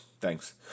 Thanks